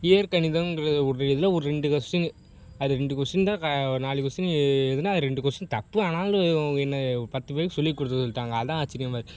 இயற்கணிதங்கிற ஒரு இதில் ஒரு ரெண்டு கொஸ்டினு அது ரெண்டு கொஸ்டின் தான் க நாலு கொஸ்டின் இதுனால் அது ரெண்டு கொஸ்டின் தப்பு ஆனாலும் என்னை ஒரு பத்து பேருக்கு சொல்லிக் கொடுக்க சொல்லிவிட்டாங்க அதுதான் ஆச்சிர்யமா இருக்கு